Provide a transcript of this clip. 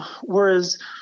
whereas